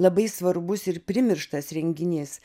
labai svarbus ir primirštas renginys